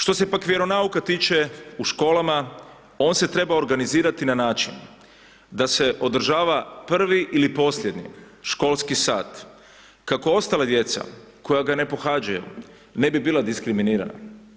Što se pak vjeronauka tiče u školama, on se treba organizirati na način da se održava prvi ili posljednji školski sat, kako ostala djeca koja ga ne pohađaju, ne bi bila diskriminirana.